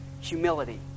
Humility